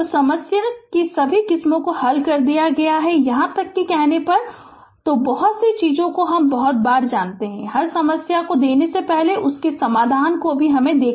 तो समस्या की सभी किस्मों को हल कर दिया गया है यहां तक कि कहने पर भी तो बहुत सी चीजो को हम बहुत बार जानते है हर समस्या को देने से पहले उसके समाधान को भी समाधान